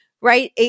right